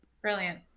Brilliant